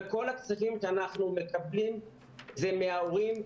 וכל הכספים שאנחנו מקבלים זה מההורים,